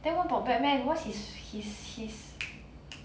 then what about batman what's his his his